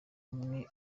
umwe